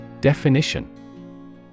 Definition